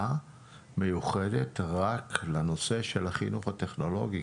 מיוחדת רק לנושא של החינוך הטכנולוגי.